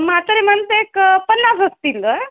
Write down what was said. म्हातारी माणसं एक पन्नास असतील